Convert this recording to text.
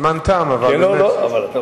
הזמן תם, נא לסיים.